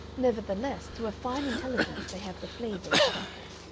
nevertheless to a fine intelligence they have the flavor of tobacco.